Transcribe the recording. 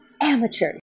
Amateur